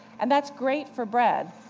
and that's great for bread.